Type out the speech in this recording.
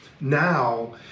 now